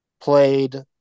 played